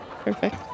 Perfect